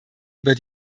über